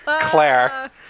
Claire